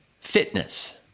fitness